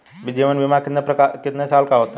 जीवन बीमा कितने साल का होता है?